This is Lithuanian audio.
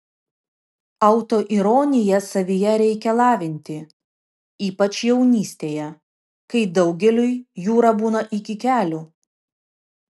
autoironiją savyje reikia lavinti ypač jaunystėje kai daugeliui jūra būna iki kelių